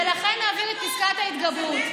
ולכן נעביר את פסקת ההתגברות.